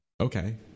Okay